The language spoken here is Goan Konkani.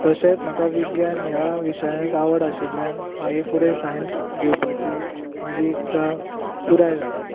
तशेच म्हाका विज्ञान ह्या विशयान आवड आशिल्ल्यान हांवें फुडें सायन्स घेवपाची म्हाजी इत्सा पुराय जाली